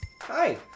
Hi